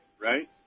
right